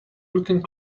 looking